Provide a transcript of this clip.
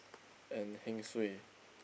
and heng suay